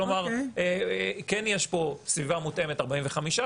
כלומר כן יש פה סביבה מותאמת 45%,